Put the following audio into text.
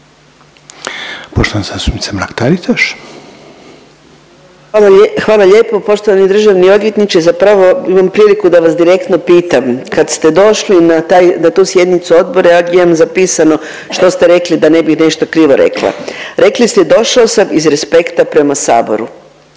**Mrak-Taritaš, Anka (GLAS)** Hvala lijepo poštovani državni odvjetniče. Zapravo imam priliku da vas direktno pitam. Kad ste došli na tu sjednicu odbora ja imam zapisano što ste rekli da ne bih nešto krivo rekla. Rekli ste: „Došao sam iz respekta prema Saboru“.